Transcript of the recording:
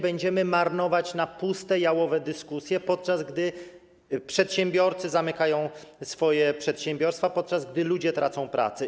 Będziemy marnować kolejny dzień na puste, jałowe dyskusje, podczas gdy przedsiębiorcy zamykają swoje przedsiębiorstwa, podczas gdy ludzie tracą pracę.